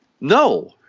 No